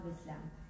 Islam